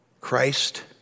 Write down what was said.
Christ